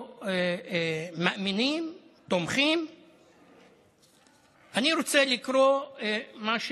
אני לא יודע למה יש יותר מדי חמורים לאחרונה,